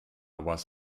was